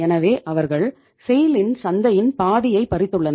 எனவே அவர்கள் SAIL இன் சந்தையின் பாதியை பறித்துள்ளனர்